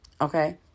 Okay